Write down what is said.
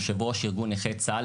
יושב-ראש ארגון נכי צה"ל,